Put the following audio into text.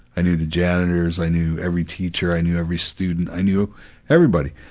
i knew the janitors, i knew every teacher, i knew every student, i knew everybody.